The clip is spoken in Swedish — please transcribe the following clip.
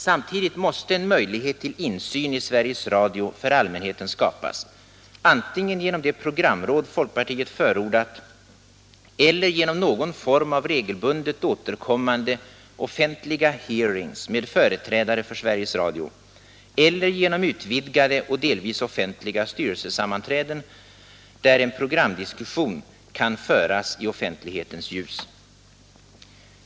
Samtidigt måste en möjlighet till insyn i Sveriges Radio för allmänheten skapas, antingen genom det programråd folkpartiet förordat eller genom någon form av regelbundet återkommande offentliga hearings med företrädare för Sveriges Radio eller genom utvidgade och delvis offentliga styrelsesammanträden, där en programdiskussion kan föras i offentlighetens ljus.